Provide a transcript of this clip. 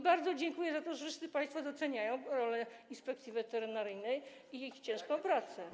Bardzo dziękuję za to, że wszyscy państwo doceniają rolę Inspekcji Weterynaryjnej i jej ciężką pracę.